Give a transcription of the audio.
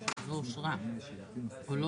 איפה משרד התיירות כאן?